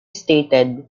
stated